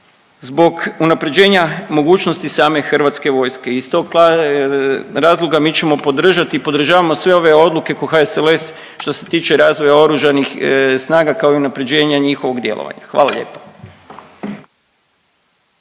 zbog unapređenja mogućnosti same Hrvatske vojske i iz tog razloga mi ćemo podržati i podržavamo sve ove odluke kao HSLS što se tiče razvoja oružanih snaga kao i unapređenja njihovog djelovanja. Hvala lijepo.